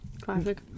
Classic